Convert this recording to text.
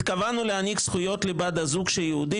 התכוונו להעניק זכויות לבת הזוג של יהודי